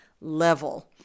level